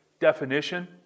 definition